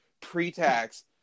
pre-tax